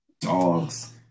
Dogs